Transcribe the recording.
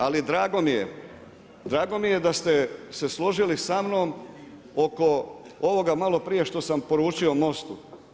Ali drago mi je da ste se složili samnom, oko ovoga maloprije, što sam poručio Mostu.